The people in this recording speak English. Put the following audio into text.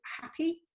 happy